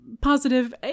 positive